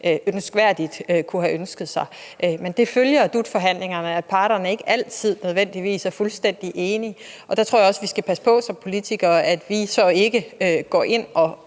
end man kunne have ønsket. Men det følger af DUT-forhandlingerne, at parterne ikke altid nødvendigvis er fuldstændig enige, og der tror jeg også at vi som politikere skal passe på, at vi så ikke går ind og